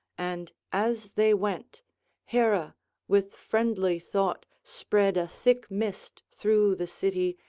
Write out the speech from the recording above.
and as they went hera with friendly thought spread a thick mist through the city,